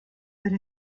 per